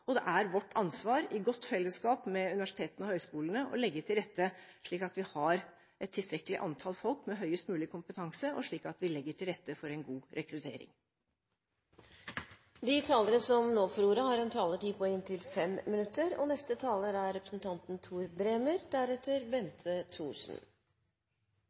Det er vårt ansvar, i godt fellesskap med universitetene og høyskolene, å legge til rette slik at vi har et tilstrekkelig antall folk med høyest mulig kompetanse, og at vi har en god rekruttering. Statistikk er, som kjent, ikkje nokon eksakt vitskap. Eg vil leggja til – for min eigen del – at det er